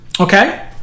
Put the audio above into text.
okay